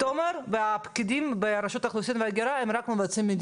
פגיעות לסחר בבני